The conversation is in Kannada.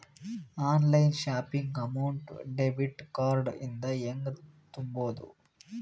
Online shopping amount debit card ಇಂದ ಹೆಂಗ್ ತುಂಬೊದು?